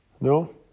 No